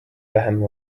vähem